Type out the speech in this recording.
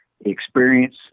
experience